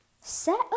Set